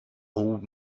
old